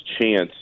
chance